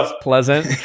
pleasant